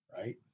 right